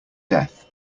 death